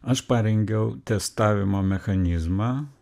aš parengiau testavimo mechanizmą